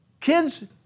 Kids